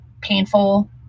painful